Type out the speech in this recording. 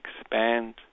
expand